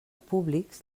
públics